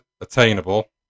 attainable